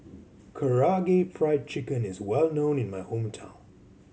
Karaage Fried Chicken is well known in my hometown